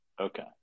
Okay